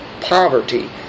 poverty